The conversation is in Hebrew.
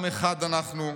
עם אחד אנחנו.